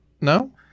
No